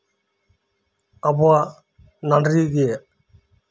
ᱟᱵᱚᱣᱟᱜ ᱱᱟᱹᱰᱨᱤ ᱜᱮ